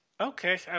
Okay